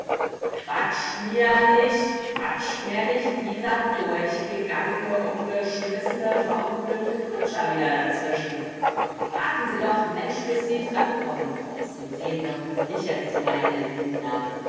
quatscht mir nich quatscht mir nich dieser durchgegangene umgeschmissene verunglückte kutscher wieder dazwischen warten sie doch mensch bis sie drankommen sie sehen doch daß jetzt ich die leine in händen hab